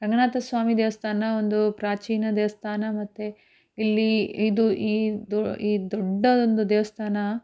ರಂಗನಾಥ ಸ್ವಾಮಿ ದೇವಸ್ಥಾನ ಒಂದು ಪ್ರಾಚೀನ ದೇವಸ್ಥಾನ ಮತ್ತು ಇಲ್ಲಿ ಇದು ಈ ದೊ ಈ ದೊಡ್ಡದೊಂದು ದೇವಸ್ಥಾನ